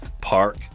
Park